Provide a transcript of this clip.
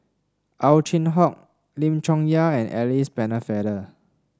Ow Chin Hock Lim Chong Yah and Alice Pennefather